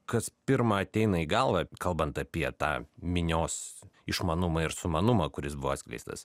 kas pirma ateina į galvą kalbant apie tą minios išmanumą ir sumanumą kuris buvo atskleistas